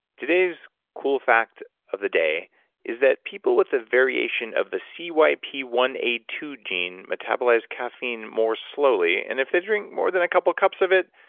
today's cool fact of the day is that people with a variation of the c y p one a two gene metabolize caffeine more slowly, and if they drink more than a couple cups of it,